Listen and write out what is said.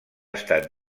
estat